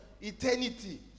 Eternity